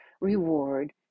reward